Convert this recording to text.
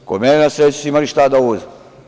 Kod mene na sreću su imali šta da uzmu.